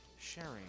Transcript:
Sharing